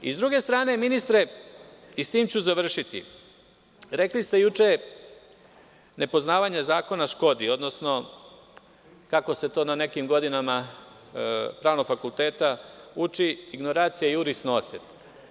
Sa druge strane, ministre, rekli ste juče nepoznavanje zakona škodi, odnosno kako se to na nekim godinama pravnog fakulteta uči, ignoracija juris nocet.